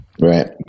Right